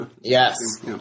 Yes